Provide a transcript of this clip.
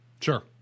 Sure